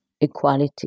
equality